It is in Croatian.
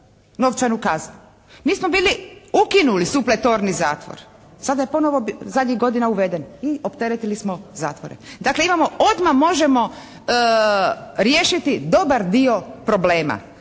novčanu kaznu. Mi smo bili ukinuli supertorni zatvor, sada je ponovo zadnjih godina uveden i opteretili smo zatvore. Dakle imamo, odmah možemo riješiti dobar dio problema.